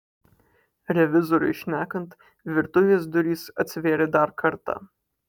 revizoriui šnekant virtuvės durys atsivėrė dar kartą